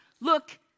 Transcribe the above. look